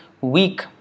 weak